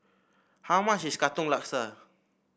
how much is Katong Laksa